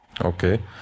Okay